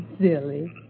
Silly